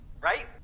right